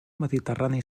mediterrani